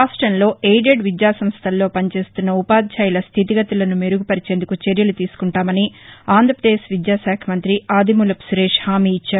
రాష్ట్రంలో ఎయిదెడ్ విద్యా సంస్టలలో పనిచేస్తున్న ఉపాధ్యాయుల స్దితిగతులను మెరుగు పరిచేందుకు చర్యలు తీసుకుంటామని ఆంధ్రప్రదేశ్ విద్యాశాఖ మంతి ఆదిమూలపు సురేష్ హామీ ఇచ్చారు